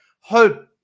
hope